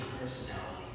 personality